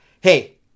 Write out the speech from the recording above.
Hey